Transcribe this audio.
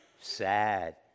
sad